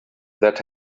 that